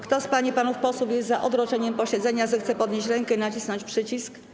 Kto z pań i panów posłów jest za odroczeniem posiedzenia, zechce podnieść rękę i nacisnąć przycisk.